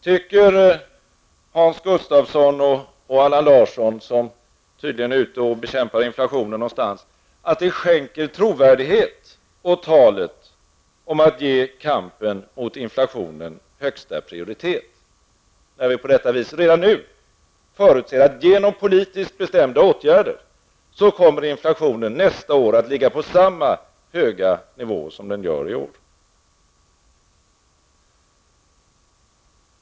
Tycker Hans Gustafsson och Allan Larsson, som tydligen är ute och bekämpar inflationen någonstans, att det skänker trovärdighet åt talet om att ge kampen mot inflationen högsta prioritet, när vi på detta vis redan nu förutser att inflationen genom politiskt bestämda åtgärder nästa år kommer att ligga på samma höga nivå som i år?